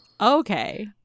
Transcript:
Okay